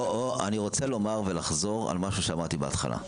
אני רוצה לומר ולחזור על משהו שאמרתי בהתחלה.